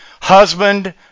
husband